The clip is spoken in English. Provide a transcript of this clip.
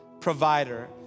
provider